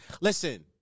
Listen